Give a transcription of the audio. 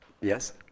Yes